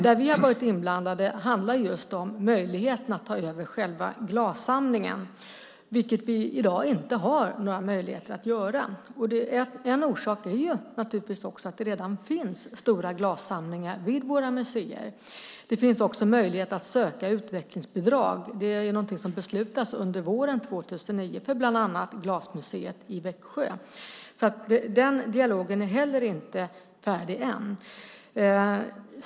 Där vi har varit inblandade handlar det just om möjligheterna att ta över själva glassamlingen, vilket vi i dag inte har några möjligheter att göra. En orsak är naturligtvis att det redan finns stora glassamlingar vid våra museer. Det finns också möjlighet att söka utvecklingsbidrag. Det är någonting som beslutas under våren 2009 för bland annat Glasmuseet i Växjö. Den dialogen är heller inte färdig än.